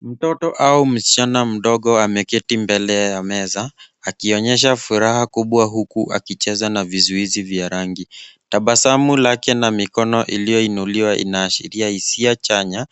Mtoto au msichana mdogo ameketi mbele ya meza akionyesha furaha kubwa huku akicheza na vizuizi vya rangi. Tabasamu yake na mikono iliyoinuliwa inaashiria hisia chanya